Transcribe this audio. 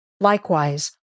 Likewise